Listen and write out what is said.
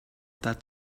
that